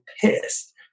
pissed